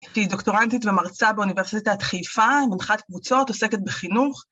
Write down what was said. היא דוקטורנטית ומרצה באוניברסיטת חיפה, מנחת קבוצות, עוסקת בחינוך.